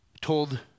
told